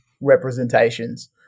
representations